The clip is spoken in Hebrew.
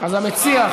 אז המציע,